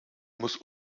muss